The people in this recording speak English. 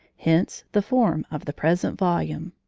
hence the form of the present volume.